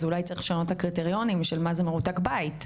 אז אולי צריך לשנות את הקריטריונים של מה זה מרותק בית.